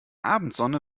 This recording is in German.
abendsonne